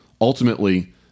Ultimately